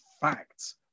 facts